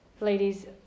Ladies